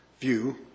view